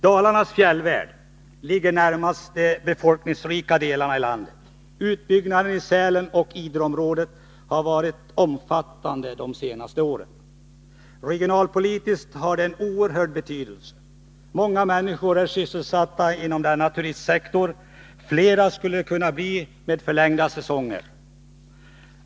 Dalarnas fjällvärld ligger närmast de befolkningsrika delarna i landet. Utbyggnaden i Sälenoch Idreområdet har varit omfattande de senaste åren. Regionalpolitiskt har det en oerhörd betydelse. Många människor är sysselsatta inom denna turistsektor, och fler skulle det kunna bli med förlängda säsonger.